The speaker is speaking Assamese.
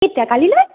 কেতিয়া কালিলৈ